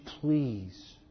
please